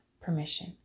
permission